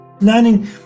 Learning